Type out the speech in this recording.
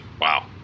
Wow